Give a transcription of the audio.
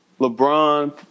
LeBron